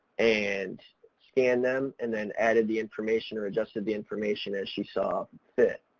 and scanned them, and then added the information or adjusted the information as she saw fit.